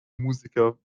musiker